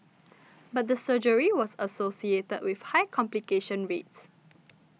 but the surgery was associated with high complication rates